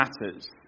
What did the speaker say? matters